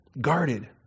guarded